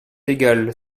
égal